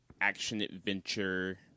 action-adventure